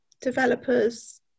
developers